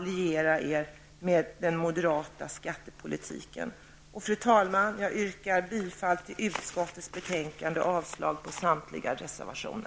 lierar sig med den moderata skattepolitiken. Fru talman! Jag yrkar bifall till utskottets hemställan och avslag på samtliga reservationer.